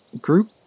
group